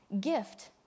gift